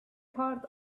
part